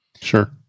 Sure